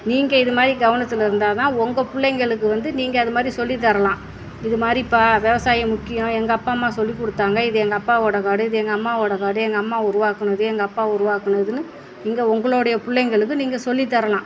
நீங்கள் இது மாதிரி கவனத்தில் இருந்தால் தான் உங்கள் பிள்ளைங்களுக்கு வந்து நீங்கள் அது மாதிரி சொல்லி தரலாம் இது மாதிரி பா விவசாயம் முக்கியம் எங்கள் அப்பா அம்மா சொல்லிக் கொடுத்தாங்க இது எங்கள் அப்பாவோடய காடு இது எங்கள் அம்மாவோடய காடு எங்கள் அம்மா உருவாக்கினது எங்கள் அப்பா உருவாக்கினதுனு நீங்கள் உங்களோடைய பிள்ளைங்களுக்கு நீங்கள் சொல்லித்தரலாம்